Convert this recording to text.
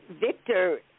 Victor